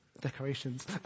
Decorations